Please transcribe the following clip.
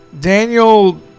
Daniel